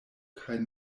kaj